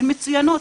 הן מצוינות,